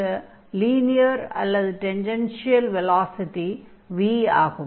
இந்த லீனியர் அல்லது tangential velocity v ஆகும்